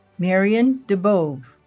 marion debove